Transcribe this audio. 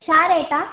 छा रेट आहे